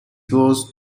was